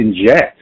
inject